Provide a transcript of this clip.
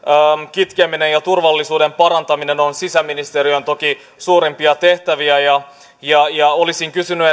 kitkeminen ja turvallisuuden parantaminen on sisäministeriön toki suurimpia tehtäviä olisin kysynyt